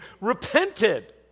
repented